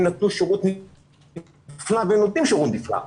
נתנו שירות נפלא והם נותנים שירות נפלא,